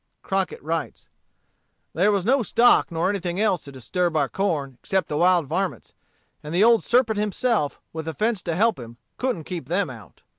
crockett writes there was no stock nor anything else to disturb our corn except the wild varmints and the old serpent himself, with a fence to help him, couldn't keep them out.